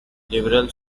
liberals